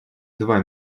два